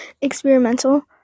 experimental